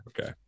Okay